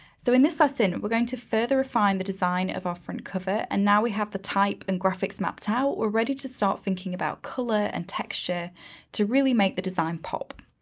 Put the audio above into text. so in this lesson, we're going to further refine the design of our front cover. and now we have the type and graphics mapped out. we're ready to start thinking about color and texture to really make the design pop.